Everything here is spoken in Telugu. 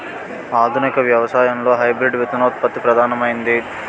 ఆధునిక వ్యవసాయంలో హైబ్రిడ్ విత్తనోత్పత్తి ప్రధానమైనది